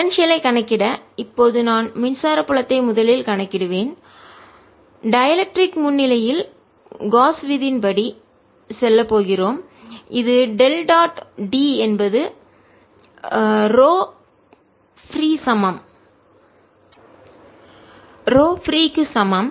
potential ஐ ஆற்றலை கணக்கிடஇப்போது நான் மின்சார புலத்தை முதலில் கணக்கிடுவேன் டைஎலெக்ட்ரிக் முன்னிலையில் காஸ் விதியின் படி செல்லப் போகிறோம் இது டெல் டாட் டி என்பது ரோ பிரீ சமம்